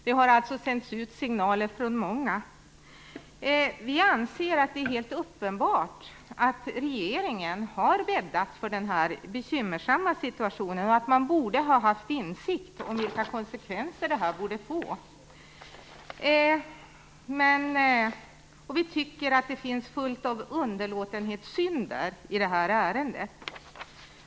Det har alltså sänts ut signaler från många. Vi anser att det är helt uppenbart att regeringen har bäddat för denna bekymmersamma situation och att man borde ha haft insikt om vilka konsekvenser det här borde få. Vi tycker att det finns fullt av underlåtenhetssynder i det här ärendet.